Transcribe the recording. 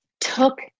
took